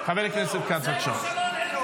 זה כישלון ערכי.